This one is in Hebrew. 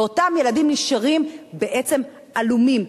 ואותם ילדים נשארים בעצם עלומים.